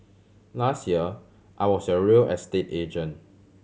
last year I was your real estate agent